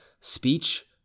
speech